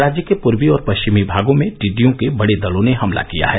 राज्य के पूर्वी और पश्चिमी भागों में टिड्डियों के बड़े दलों ने हमला किया है